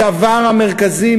הדבר המרכזי,